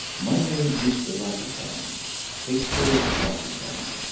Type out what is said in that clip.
my name is ratichon hector ratichon,